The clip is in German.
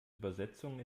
übersetzung